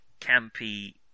campy